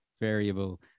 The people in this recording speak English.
variable